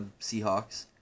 Seahawks